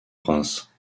prince